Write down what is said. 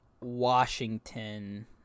Washington